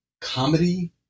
comedy